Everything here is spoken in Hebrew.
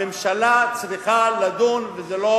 הממשלה צריכה לדון בזה לא